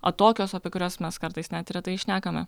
atokios apie kurias mes kartais net retai šnekame